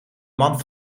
man